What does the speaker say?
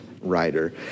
writer